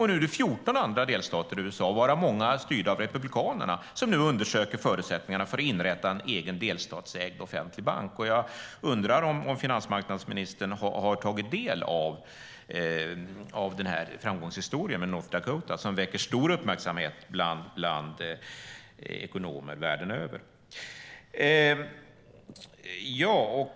Nu är det 14 andra delstater i USA, varav många styrda av republikanerna, som undersöker förutsättningarna för att inrätta en egen delstatsägd offentlig bank. Jag undrar om finansmarknadsministern har tagit del av framgångshistorien i North Dakota, som väcker stor uppmärksamhet bland ekonomer världen över.